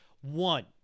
One